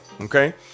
okay